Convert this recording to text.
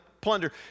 plunder